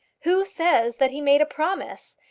who says that he made a promise?